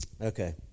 Okay